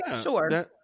sure